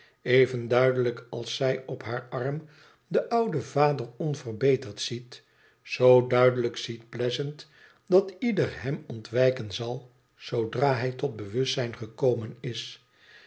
even duidelijk als zij op haar arm den ouden vader onverbeterd ziet zoo duidelijk ziet pleasant dat ieder hem ontwijken zal zoodra hij tot bewustzyn gekomen is